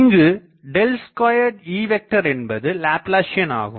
இங்கு ▼2E என்பது லேப்லாசியன்ஆகும்